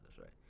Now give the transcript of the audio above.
right